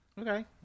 Okay